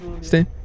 Stay